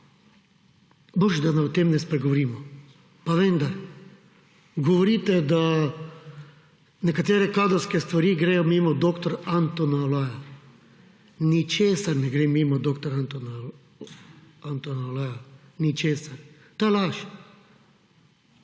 Bolje, da o tem ne spregovorimo, pa vendar. Govorite, da nekatere kadrovske stvari gredo mimo dr. Antona Olaja. Ničesar ne gre mimo dr. Antona Olaja, ničesar, to je laž.